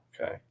Okay